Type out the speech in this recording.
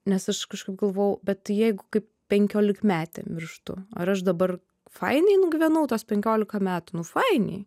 nes aš kažkaip galvojau bet tai jeigu kaip penkiolikmetė mirštu ar aš dabar fainai nugyvenau tuos penkiolika metų nu fainiai